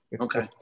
Okay